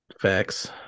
Facts